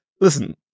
listen